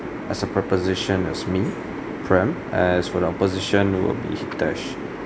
as a preposition as me prem as for the opposition will be hitesh